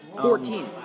Fourteen